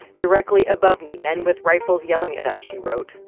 directly above me, men with rifles yelling at us, she wrote.